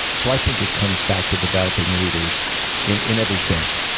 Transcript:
so i think it comes back to developing leaders in in every sense.